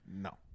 No